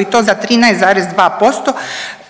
i to za 13,2%,